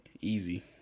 Easy